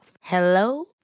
Hello